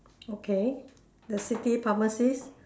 okay the city pharmacist